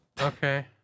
okay